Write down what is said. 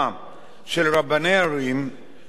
שהם הגורם המוסמך בדרך כלל